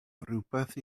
rywbeth